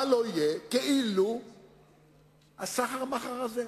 מה לא יהיה, כאילו הסחר-מכר הזה?